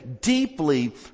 deeply